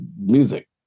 music